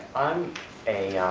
i'm a